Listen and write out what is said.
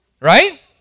right